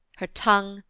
her tongue,